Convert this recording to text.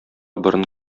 борын